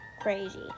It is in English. Crazy